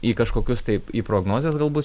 į kažkokius tai į prognozes galbūš